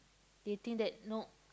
they think that no